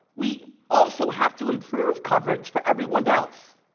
we also have to improve coverage for everyone else.